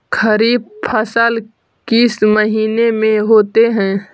खरिफ फसल किस महीने में होते हैं?